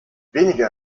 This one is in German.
weniger